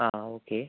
ആ ഓക്കെ